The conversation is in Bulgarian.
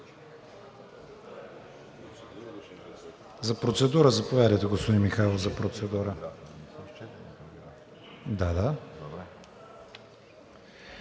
За процедура? Заповядайте, господин Михайлов,